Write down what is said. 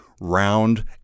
round